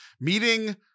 meeting